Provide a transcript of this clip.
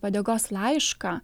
padėkos laišką